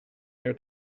their